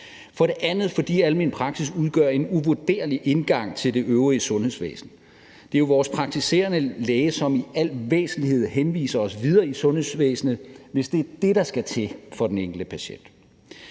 For det andet er det, fordi almen praksis udgør en uvurderlig indgang til det øvrige sundhedsvæsen. Det er vores praktiserende læge, som i al væsentlighed henviser os videre i sundhedsvæsenet, hvis det er det, der skal til for den enkelte patient.